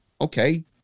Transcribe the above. okay